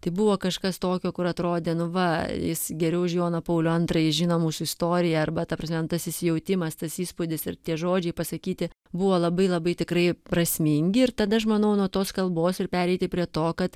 tai buvo kažkas tokio kur atrodė nu va jis geriau už joną paulių antrąjį žino mūsų istoriją arba ta prasme nu tas įsijautimas tas įspūdis ir tie žodžiai pasakyti buvo labai labai tikrai prasmingi ir tada aš manau nuo tos kalbos ir pereiti prie to kad